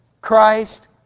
Christ